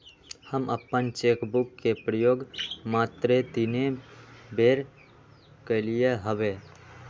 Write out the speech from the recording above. हम अप्पन cheque book के प्रयोग मातरे तीने बेर कलियइ हबे